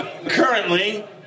currently